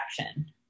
action